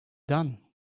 done